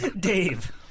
dave